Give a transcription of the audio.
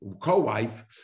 co-wife